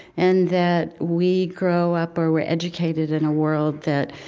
and that we grow up or we're educated in a world that